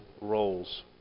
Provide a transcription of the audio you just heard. roles